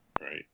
Right